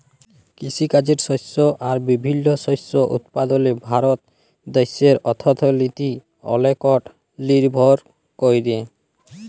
কিসিকাজে শস্য আর বিভিল্ল্য শস্য উৎপাদলে ভারত দ্যাশের অথ্থলিতি অলেকট লিরভর ক্যরে